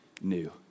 new